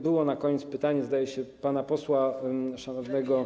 Było na koniec pytanie, zdaje się, pana posła szanownego.